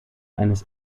eines